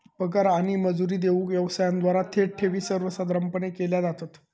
पगार आणि मजुरी देऊक व्यवसायांद्वारा थेट ठेवी सर्वसाधारणपणे केल्या जातत